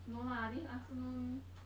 no lah this afternoon